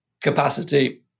capacity